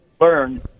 learn